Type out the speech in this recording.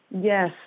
Yes